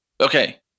Okay